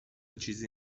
چیزی